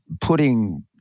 putting